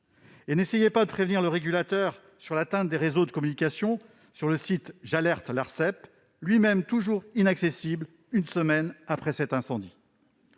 Et n'essayez pas de prévenir le régulateur sur l'atteinte des réseaux de communication sur le site « https://jalerte.arcep.fr »: lui-même est toujours inaccessible une semaine après cet incendie